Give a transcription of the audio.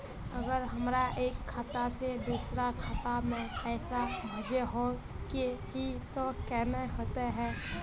अगर हमरा एक खाता से दोसर खाता में पैसा भेजोहो के है तो केना होते है?